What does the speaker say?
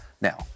Now